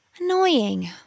Annoying